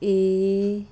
A